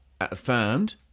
affirmed